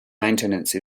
maintenance